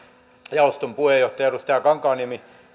jaoston puheenjohtaja edustaja kankaanniemi